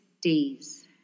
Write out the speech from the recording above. days